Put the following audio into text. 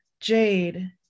jade